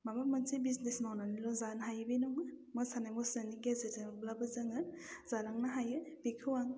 माबा मोनसे बिजनेस मावनानैल' जानो हायो बे नङा मोसानाय मुसुरनायनि गेजेरजोंब्लाबो जोङो जालांनो हायो बेखौ आं